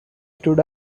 stood